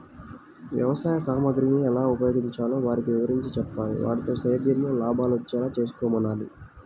వ్యవసాయ సామగ్రిని ఎలా ఉపయోగించాలో వారికి వివరించి చెప్పాలి, వాటితో సేద్యంలో లాభాలొచ్చేలా చేసుకోమనాలి